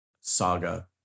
saga